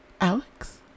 Alex